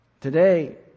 Today